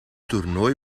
toernooi